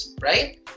right